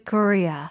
Korea